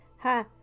ha